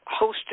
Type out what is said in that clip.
hosted